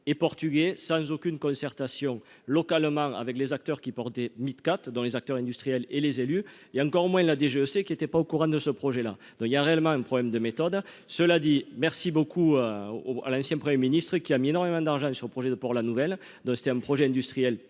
et portugais, sans aucune concertation localement avec les acteurs qui portent des mythes quatre dans les acteurs industriels et les élus, il y a encore moins la DGEC qui était pas au courant de ce projet-là, donc il y a réellement un problème de méthode cela dit merci beaucoup au à l'ancien 1er ministre qui a mis énormément d'argent sur le projet de pour la nouvelle de projet industriel